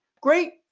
great